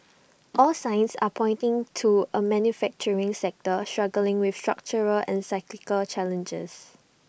all signs are pointing to A manufacturing sector struggling with structural and cyclical challenges